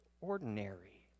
ordinary